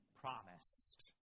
promised